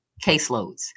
caseloads